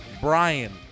Brian